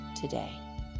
today